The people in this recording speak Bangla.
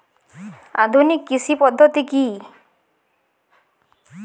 আধুনিক কৃষি পদ্ধতি কী?